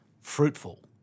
fruitful